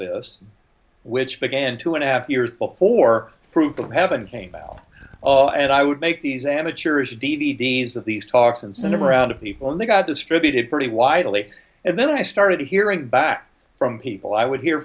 this which began two and a half years before proof of heaven came out and i would make these amateurish d v d s of these talks and sent around to people and they got distributed pretty widely and then i started hearing back from people i would hear